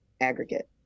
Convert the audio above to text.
aggregate